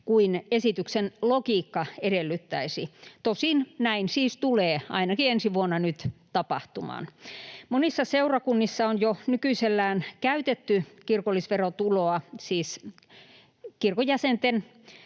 kuin esityksen logiikka edellyttäisi — tosin näin siis tulee ainakin ensi vuonna nyt tapahtumaan. Monissa seurakunnissa on jo nykyisellään käytetty kirkollisverotuloa, siis kirkon jäsenten